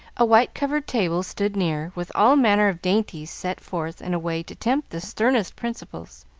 a white-covered table stood near, with all manner of dainties set forth in a way to tempt the sternest principles.